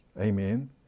Amen